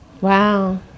Wow